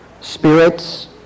spirits